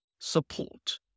support